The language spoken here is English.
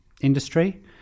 industry